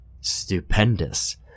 Stupendous